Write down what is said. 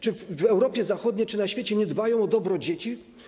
Czy w Europie Zachodniej czy na świecie nie dbają o dobro dzieci?